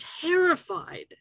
terrified